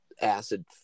acid